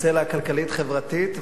הצלע הכלכלית-חברתית,